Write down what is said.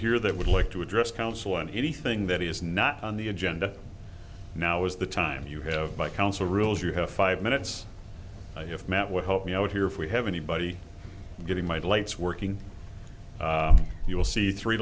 here that would like to address council on anything that is not on the agenda now is the time you have my council rules you have five minutes i have met with help me out here if we have anybody getting my lights working you will see three